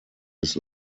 his